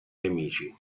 nemici